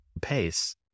pace